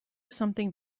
something